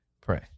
pray